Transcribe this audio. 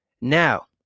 Now